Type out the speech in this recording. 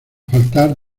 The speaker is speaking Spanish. faltar